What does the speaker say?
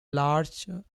larger